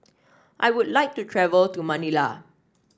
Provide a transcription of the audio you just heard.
I would like to travel to Manila